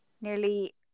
nearly